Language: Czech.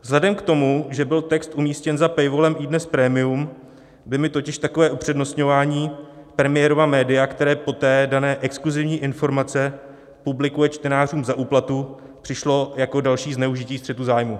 Vzhledem k tomu, že text byl umístěn za paywallem iDNES Premium, by mi totiž takové upřednostňování premiérova média, které poté dané exkluzivní informace publikuje čtenářům za úplatu, přišlo jako další zneužití střetu zájmů.